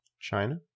China